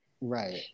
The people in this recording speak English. right